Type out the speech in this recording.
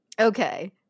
Okay